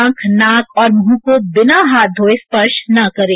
आंख नाक और मुंह को बिना हाथ धोये स्पर्श न करें